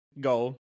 go